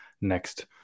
next